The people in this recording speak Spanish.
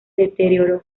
deterioró